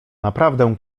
naprawdę